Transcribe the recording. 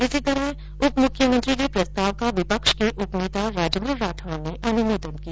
इसी तरह उप मुख्यमंत्री के प्रस्ताव का विपक्ष के उपनेता राजेन्द्र राठौड़ ने अनुमोदन किया